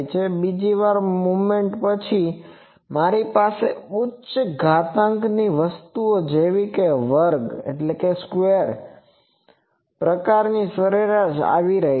પછી બીજી મોમેન્ટ પછી મારી પાસે ઉચ્ચ ઘાતાંકની વસ્તુઓ જેવી કે વર્ગ પ્રકારની સરેરાશ આવી રહી છે